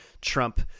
trump